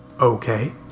Okay